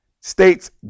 States